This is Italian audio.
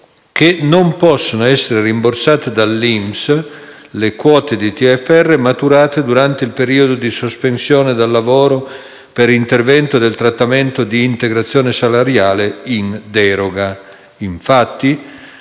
che non possono essere rimborsate dall'INPS le quote di TFR maturate durante il periodo di sospensione dal lavoro per intervento del trattamento di integrazione salariale in deroga.